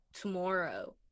tomorrow